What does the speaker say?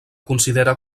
considera